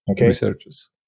researchers